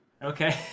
Okay